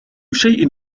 شيء